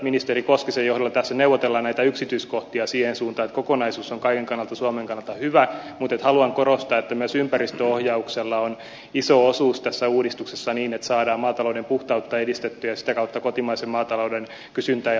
ministeri koskisen johdolla tässä neuvotellaan näitä yksityiskohtia siihen suuntaan että kokonaisuus on kaiken kannalta suomen kannalta hyvä mutta haluan korostaa että myös ympäristöohjauksella on iso osuus tässä uudistuksessa niin että saadaan maatalouden puhtautta edistettyä ja sitä kautta kotimaisen maatalouden kysyntää ja suosiota kasvatettua